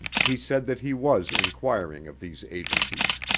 he said that he was inquiring of these agencies.